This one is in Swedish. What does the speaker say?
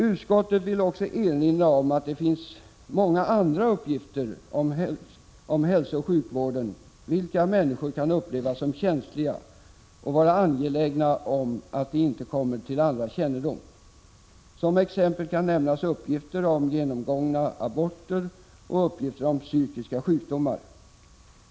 Utskottet vill också erinra om att det finns många andra uppgifter om hälsooch sjukvården vilka människor kan uppleva som känsliga och vara angelägna om att de inte kommer till andras kännedom. Som exempel kan nämnas uppgifter om genomgångna aborter och uppgifter om psykiska sjukdomar.